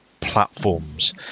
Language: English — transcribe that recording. platforms